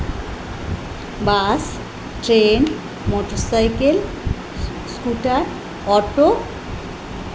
bus train motorcycle scooter auto